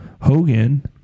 Hogan